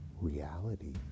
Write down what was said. reality